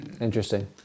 Interesting